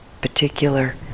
particular